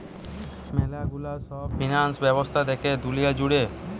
ম্যালা গুলা সব ফিন্যান্স ব্যবস্থা দ্যাখে দুলিয়া জুড়ে